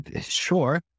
Sure